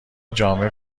جامع